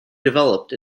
developed